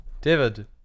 David